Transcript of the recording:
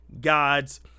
God's